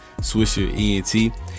SwisherEnt